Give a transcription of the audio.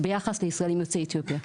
ביחס לישראלים יוצאי אתיופיה.